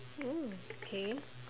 mm K